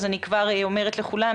אז אני כבר אומרת לכולם,